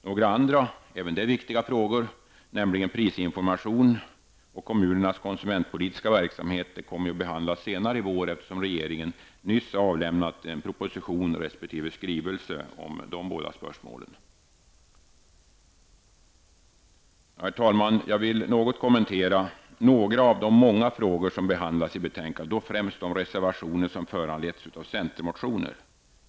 Några andra, även de viktiga frågor, nämligen prisinformation och kommunernas konsumentpolitiska verksamhet, kommer ju att behandlas senare i vår, eftersom regeringen nyss har avlämnat en proposition och en skrivelse om dessa båda spörsmål. Herr talman! Jag vill något kommentera några av de många frågor som behandlas i detta betänkande, och då främst de reservationer som har föranletts av centermotioner.